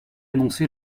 annoncé